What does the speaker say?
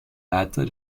leiter